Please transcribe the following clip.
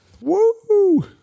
Woo